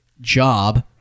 job